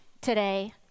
Today